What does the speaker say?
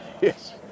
yes